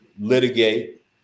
litigate